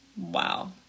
Wow